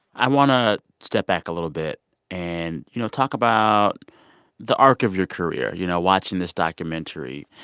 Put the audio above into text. i want to step back a little bit and, you know, talk about the arc of your career you know, watching this documentary.